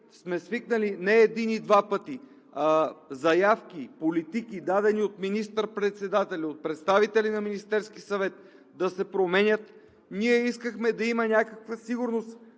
сме свикнали не един и два пъти заявки, политики, дадени от министър-председателя, от представители на Министерския съвет, да се променят, искахме да има някаква сигурност